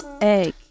egg